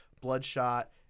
Bloodshot